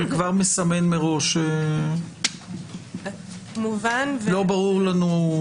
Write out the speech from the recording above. אני כבר מסמן מראש שלא ברור לנו,